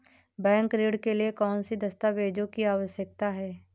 Bank ऋण के लिए कौन से दस्तावेजों की आवश्यकता है?